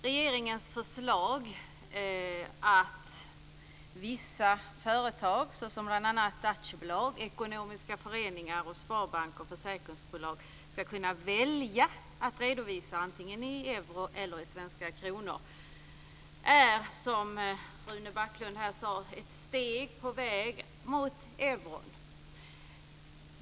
Regeringens förslag att vissa företag, bl.a. aktiebolag, ekonomiska föreningar, sparbanker och försäkringsbolag, ska kunna välja att redovisa antingen i euro eller i svenska kronor är som Rune Berglund sade ett steg på väg mot euron.